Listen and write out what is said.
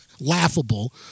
laughable